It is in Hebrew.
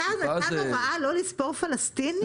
השר נתן הוראה לא לספור פלסטינים?